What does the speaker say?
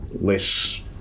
less